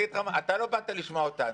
אתה לא באת לשמוע אותנו.